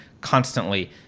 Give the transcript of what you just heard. constantly